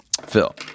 Phil